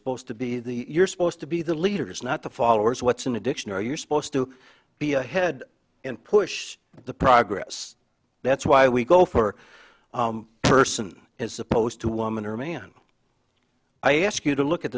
supposed to be the you're supposed to be the leaders not the followers what's an addiction are you supposed to be ahead and push the progress that's why we go for person is supposed to woman or man i ask you to look at